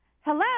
Hello